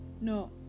no